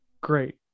great